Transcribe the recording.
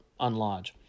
unlodge